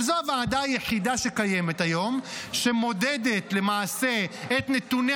אבל זו הוועדה היחידה שקיימת היום שמודדת למעשה את נתוני